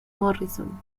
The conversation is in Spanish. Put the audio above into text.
morrison